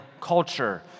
culture